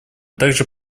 также